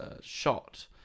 shot